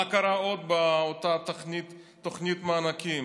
מה קרה עוד באותה תוכנית מענקים?